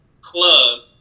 club